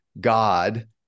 God